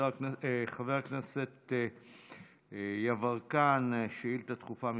חבר הכנסת יברקן, שאילתה דחופה מס'